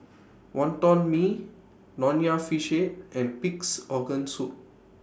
Wonton Mee Nonya Fish Head and Pig'S Organ Soup